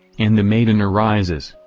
and the maiden arises.